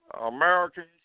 Americans